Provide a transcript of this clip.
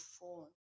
phone